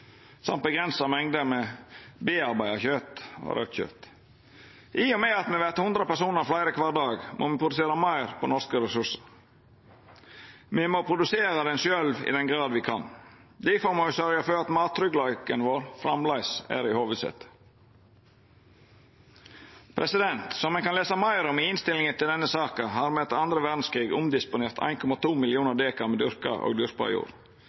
mengder med tilarbeidd kjøt og raudt kjøt. I og med at me vert 100 personar fleire kvar dag, må me produsera meir på norske ressursar. Me må produsera maten sjølv i den grad me kan. Difor må me sørgja for at mattryggleiken vår framleis er i sentrum. Som ein kan lesa meir om i innstillinga til denne saka, har me etter den andre verdskrigen omdisponert 1,2 mill. dekar med dyrka og